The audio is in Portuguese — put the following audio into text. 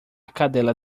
cadela